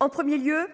En 1er lieu,